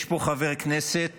יש פה חבר כנסת